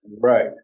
Right